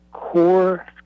core